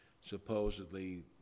supposedly